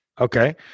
Okay